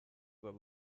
were